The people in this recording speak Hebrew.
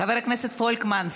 חבר הכנסת פולקמן,